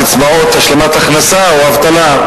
קצבאות השלמת הכנסה או אבטלה,